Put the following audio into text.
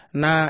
na